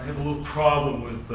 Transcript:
little problem